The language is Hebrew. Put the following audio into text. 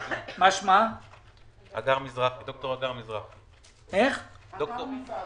ד"ר הגר מזרחי,